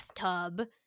bathtub